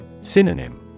Synonym